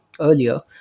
earlier